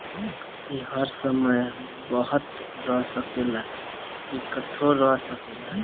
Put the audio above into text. ई हर समय बहत रह सकेला, इकट्ठो रह सकेला